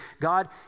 God